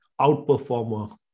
outperformer